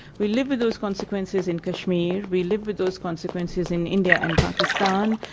we live with those consequences in kashmir, we live with those consequences in india and pakistan,